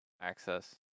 access